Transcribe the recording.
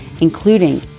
including